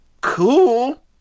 Cool